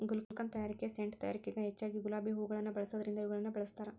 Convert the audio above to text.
ಗುಲ್ಕನ್ ತಯಾರಿಕೆ ಸೇಂಟ್ ತಯಾರಿಕೆಗ ಹೆಚ್ಚಗಿ ಗುಲಾಬಿ ಹೂವುನ ಬಳಸೋದರಿಂದ ಇವುಗಳನ್ನ ಬೆಳಸ್ತಾರ